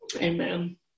Amen